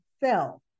fell